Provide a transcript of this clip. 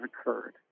occurred